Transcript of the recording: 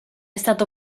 stato